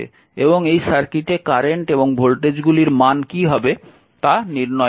এবং এই সার্কিটে কারেন্ট এবং ভোল্টেজগুলির মান কী হবে তা নির্ণয় করতে হবে